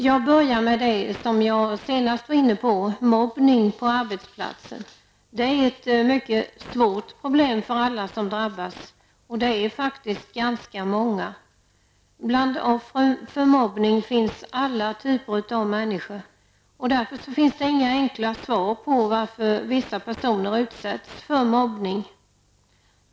Jag börjar med det som jag senast var inne på: mobbning på arbetsplatsen. Det är ett mycket svårt problem för alla som drabbas -- och det är faktiskt ganska många. Bland offren för mobbning finns alla typer av människor. Därför finns det inga enkla svar på varför vissa personer utsätts för mobbning.